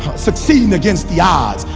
succeeding against the odds,